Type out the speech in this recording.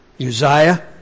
Uzziah